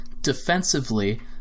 defensively